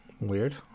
weird